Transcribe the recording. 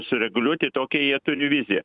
sureguliuoti tokią jie turi viziją